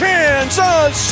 Kansas